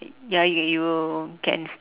ya you you can